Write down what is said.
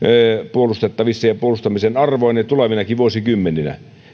puolustettavissa ja puolustamisen arvoinen tulevinakin vuosikymmeninä